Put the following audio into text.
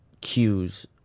cues